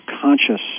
Conscious